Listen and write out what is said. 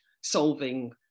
solving